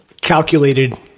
calculated